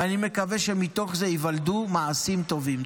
ואני מקווה שמתוך זה ייוולדו מעשים טובים.